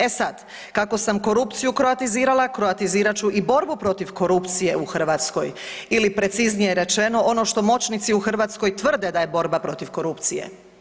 E sad kako sam korupciju kroatizirala, kroatizirat ću i borbu protiv korupcije u Hrvatskoj ili preciznije rečeno ono što moćnici u Hrvatskoj tvrde da je borba protiv korupcije.